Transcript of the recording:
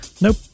Nope